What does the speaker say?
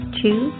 two